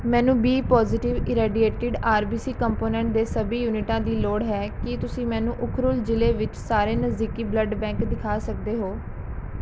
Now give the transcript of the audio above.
ਮੈਨੂੰ B positive irradiated R B C component ਦੇ ਸਬੀ ਯੂਨਿਟਾਂ ਦੀ ਲੋੜ ਹੈ ਕੀ ਤੁਸੀਂ ਮੈਨੂੰ ਉਖਰੁਲ ਜ਼ਿਲ੍ਹੇ ਵਿੱਚ ਸਾਰੇ ਨਜ਼ਦੀਕੀ ਬਲੱਡ ਬੈਂਕ ਦਿਖਾ ਸਕਦੇ ਹੋ